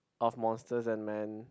of Monsters and Men